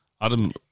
Adam